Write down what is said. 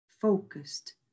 focused